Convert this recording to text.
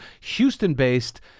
Houston-based